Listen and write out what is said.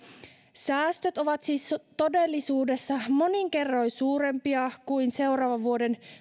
säästöt ovat siis todellisuudessa monin kerroin suurempia kuin seuraavan vuoden